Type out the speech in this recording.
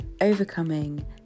Overcoming